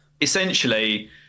essentially